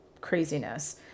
craziness